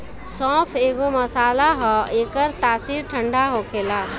सौंफ एगो मसाला हअ एकर तासीर ठंडा होखेला